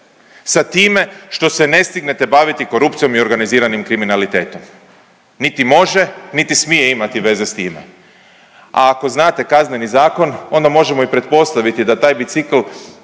sa time što se ne stignete baviti korupcijom i organiziranim kriminalitetom, niti može, niti smije imati veze s time. A ako znate Kazneni zakon onda možemo i pretpostaviti da taj bicikl